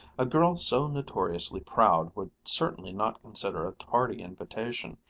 a girl so notoriously proud would certainly not consider a tardy invitation,